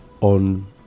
on